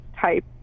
type